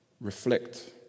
reflect